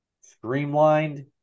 streamlined